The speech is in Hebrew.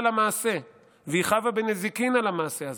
למעשה והיא חבה בנזיקין על המעשה הזה.